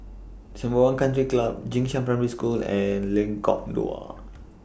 Sembawang Country Club Jing Shan Primary School and Lengkok Dua